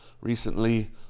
recently